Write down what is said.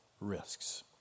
risks